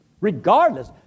Regardless